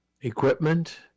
equipment